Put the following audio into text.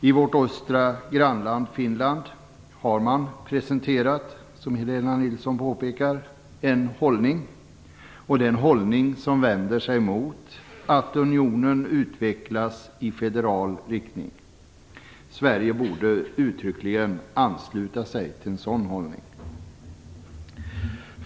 I vårt östra grannland Finland har man, som Helena Nilsson påpekade, presenterat en hållning. Man vänder sig emot att unionen utvecklas i federal riktning. Sverige borde uttryckligen ansluta sig till en sådan hållning.